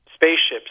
Spaceships